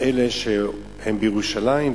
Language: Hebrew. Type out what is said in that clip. האלה שהם בירושלים,